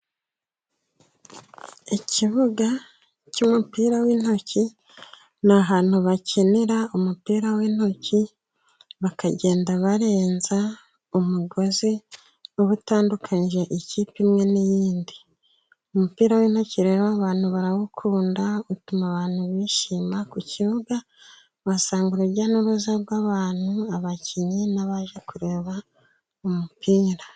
Ikibuga cy'umupira w'intoki ni ahantu bakinira umupira w'intoki, bakagenda barenza umugozi uba utandukanyije ikipe imwe n'iyindi umupira w'intoki rero abantu barawukunda, utuma abantu bishima ku kibuga uhasanga urujya n'uruza rw'abantu abakinnyi n'abaje kureba umupira.